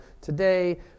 today